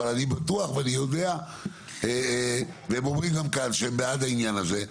אבל אני בטוח ואני יודע והם גם אומרים כאן שהם בעד העניין הזה,